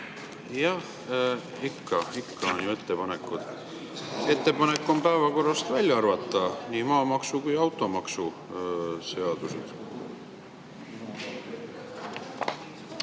Jah, ikka, ikka on ju ettepanekud. Ettepanek on päevakorrast välja arvata nii maamaksu- kui ka automaksuseadus.